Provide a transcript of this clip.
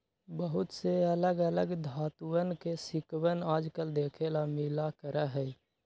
बहुत से अलग अलग धातुंअन के सिक्कवन आजकल देखे ला मिला करा हई